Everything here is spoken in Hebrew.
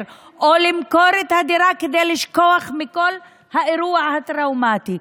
או למכור את הדירה כדי לשכוח מכל האירוע הטראומטי.